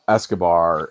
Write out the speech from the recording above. Escobar